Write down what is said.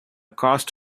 cast